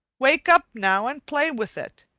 wake up, now, and play with it.